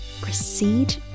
proceed